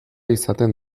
izaten